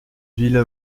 ville